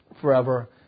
forever